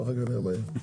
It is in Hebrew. ואחר כך נראה מה יהיה.